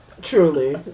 Truly